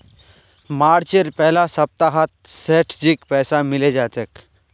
मार्चेर पहला सप्ताहत सेठजीक पैसा मिले जा तेक